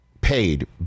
paid